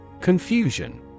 Confusion